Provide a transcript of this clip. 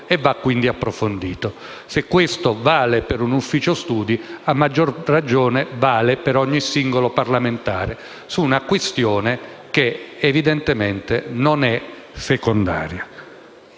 e va approfondito. Se questo vale per un ufficio studi, a maggior ragione vale per ogni singolo parlamentare su una questione che evidentemente non è secondaria.